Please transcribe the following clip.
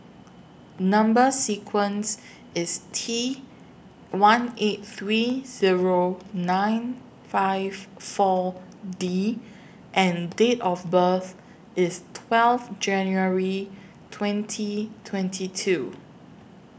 Number sequence IS T one eight three Zero nine five four D and Date of birth IS twelve January twenty twenty two